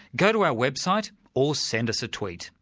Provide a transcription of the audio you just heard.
go to our website or send us a tweet.